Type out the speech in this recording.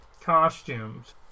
costumes